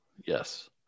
Yes